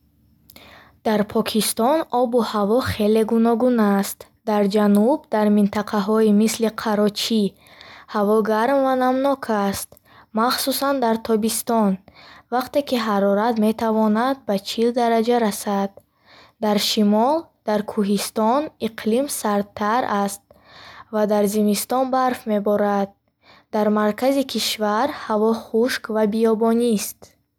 Дар Покистон обу ҳаво хеле гуногун аст. Дар ҷануб, дар минтақаҳои мисли Қарочӣ, ҳаво гарм ва намнок аст, махсусан дар тобистон, вақте ки ҳарорат метавонад ба чил дараҷа расад. Дар шимол, дар кӯҳистон, иқлим сардтар аст ва дар зимистон барф меборад. Дар маркази кишвар, ҳаво хушк ва биёбонист.